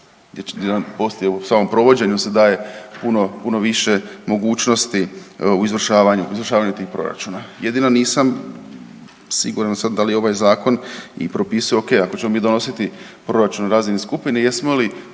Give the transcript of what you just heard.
se ne razumije/… samom provođenju se daje puno, puno više mogućnosti u izvršavanju, u izvršavanju tih proračuna. Jedino nisam siguran sad da li je ovaj zakon i propisao, okej ako ćemo mi donositi proračun na razini skupine jesmo li